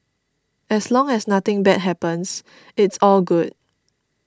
as long as nothing bad happens it's all good